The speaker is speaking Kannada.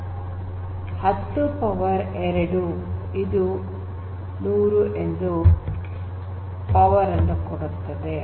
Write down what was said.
10 2 10 ಪವರ್ 2 100 ನ್ನು ಕೊಡುತ್ತದೆ